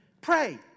pray